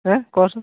হা কচোন